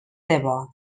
debò